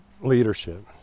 Leadership